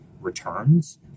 returns